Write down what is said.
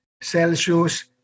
Celsius